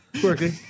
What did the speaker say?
Quirky